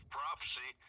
prophecy